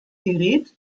gerät